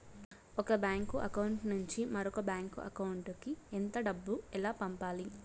ఒక bank account నుంచి మరొక బ్యాంకు అకౌంట్ కు ఎంత డబ్బు ఎలా పంపాలి